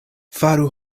faru